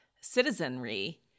citizenry